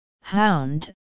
Hound